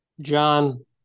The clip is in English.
John